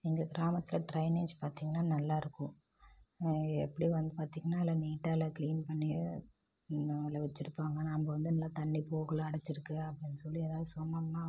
எங்கள் கிராமத்தில் ட்ரைனேஜ் பார்த்திங்கன்னா நல்லா இருக்கும் எப்படி வந்து பார்த்திங்கன்னா எல்லா நீட்டாக எல்லா கிளீன் பண்ணியோ நல்லா வச்சுருப்பாங்க நம்ம வந்து நல்லா தண்ணி போகல அடைச்சிருக்கு அப்படினு சொல்லி எதாவது சொன்னம்னா வந்து